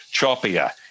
choppier